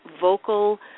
vocal